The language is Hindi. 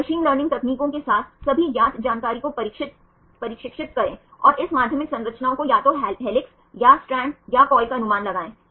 इन मशीन लर्निंग तकनीकों के साथ सभी ज्ञात जानकारी को प्रशिक्षित करें और इस माध्यमिक संरचनाओं को या तो हेलिक्स या स्ट्रैंड या कॉइल का अनुमान लगाएं